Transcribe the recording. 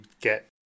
get